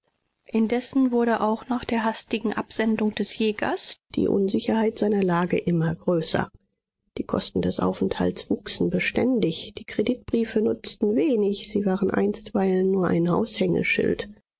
indessen wurde auch nach der hastigen absendung des jägers die unsicherheit seiner lage immer größer die kosten des aufenthalts wuchsen beständig die kreditbriefe nutzten wenig sie waren einstweilen nur ein aushängeschild